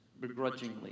begrudgingly